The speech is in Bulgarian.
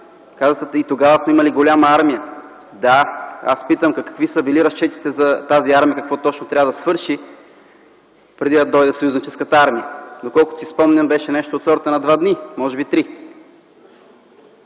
Казахте, че тогава сме имали голяма армия. Да, а аз питам какви са били разчетите за тази армия и какво точно трябва да свърши преди да дойде съюзническата армия? Доколкото си спомням, беше нещо от сорта на два, може би три